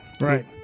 Right